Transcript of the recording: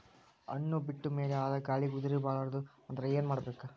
ಹಣ್ಣು ಬಿಟ್ಟ ಮೇಲೆ ಅದ ಗಾಳಿಗ ಉದರಿಬೀಳಬಾರದು ಅಂದ್ರ ಏನ ಮಾಡಬೇಕು?